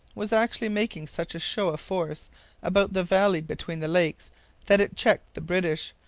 was actually making such a show of force about the valley between the lakes that it checked the british,